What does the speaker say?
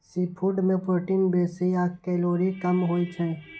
seafood मे protein बेसी आ कैलोरी कम होइ छै